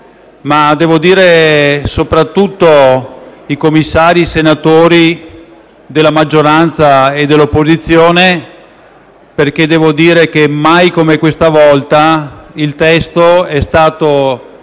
ma devo dire soprattutto i commissari, senatori di maggioranza e di opposizione, perché mai come questa volta il testo è stato